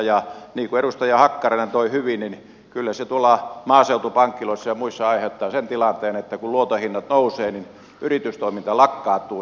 niin kuin edustaja hakkarainen toi hyvin esiin niin kyllä se tuolla maaseutupankeissa ja muissa aiheuttaa sen tilanteen että kun luoton hinnat nousevat niin yritystoiminta lakkautuu